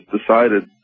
decided